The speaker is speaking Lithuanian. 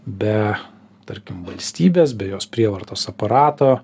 be tarkim valstybės be jos prievartos aparato